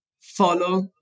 follow